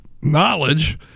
knowledge